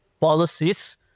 policies